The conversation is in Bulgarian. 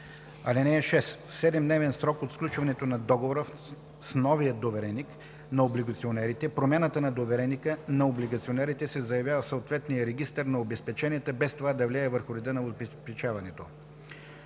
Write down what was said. (6) В 7-дневен срок от сключването на договора с новия довереник на облигационерите промяната на довереника на облигационерите се заявява в съответния регистър на обезпеченията без това да влияе върху реда на обезпечението.